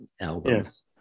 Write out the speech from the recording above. albums